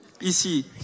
ici